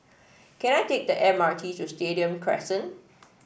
can I take the M R T to Stadium Crescent